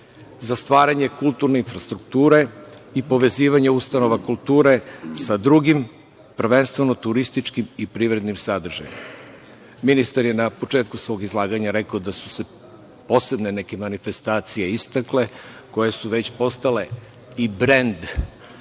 za stvaranje kulturne infrastrukture i povezivanje ustanova kulture sa drugim, prvenstveno turističkim i privrednim sadržajem. Ministar je na početku svog izlaganja rekao da su se posebne neke manifestacije istakle koje su već postale i brend